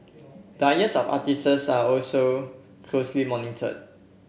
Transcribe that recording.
diets of artistes are also closely monitored